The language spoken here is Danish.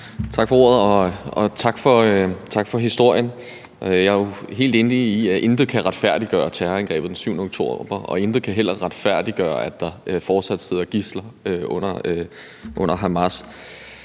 Tak for ordet, og tak for historien. Jeg er jo helt enig i, at intet kan retfærdiggøre terrorangrebet den 7. oktober og ej heller retfærdiggøre, at der fortsat sidder gidsler hos Hamas.